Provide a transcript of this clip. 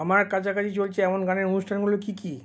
আমার কাছাকাছি চলছে এমন গানের অনুষ্ঠানগুলো কী কী